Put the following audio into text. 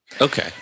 Okay